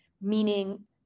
meaning